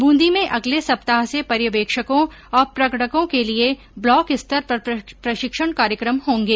बूंदी में अगले सप्ताह से पर्यवेक्षकों और प्रगणकों के लिए ब्लॉक स्तर पर प्रशिक्षण कार्यक्रम होंगे